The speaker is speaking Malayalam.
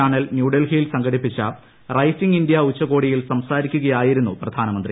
ചാനൽ ന്യൂഡൽഹിയിൽ സംഘടിപ്പിച്ച റൈസിംഗ് ഇന്ത്യ ഉച്ചകോടിയിൽ സംസാരിക്കുകയായിരുന്നു പ്രധാനമന്ത്രി